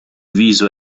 viso